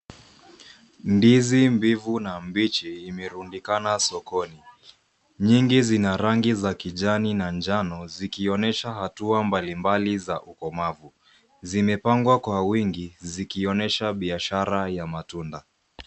Ndizi mbivu na mbichi imerundikana sokoni. Nyingi zina rangi ya kijani na njano zikionyesha hatua mbalimbali za ukomavu. Zimepangwa kwa wingi zikionyesha biashara ya matunda.